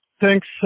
Thanks